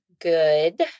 good